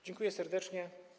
Dziękuję serdecznie.